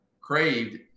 craved